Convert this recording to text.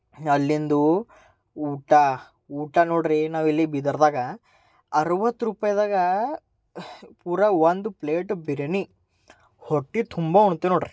ಆಲ್ಲಿಂದು ಊಟ ಊಟ ನೋಡ್ರೀ ನಾವಿಲ್ಲಿ ಬೀದರ್ದಾಗ ಅರವತ್ತು ರೂಪಾಯಿದಾಗೆ ಪೂರಾ ಒಂದು ಪ್ಲೇಟ್ ಬಿರ್ಯಾನಿ ಹೊಟ್ಟೆ ತುಂಬಾ ಉಣ್ತೇವೆ ನೋಡ್ರಿ